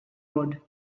road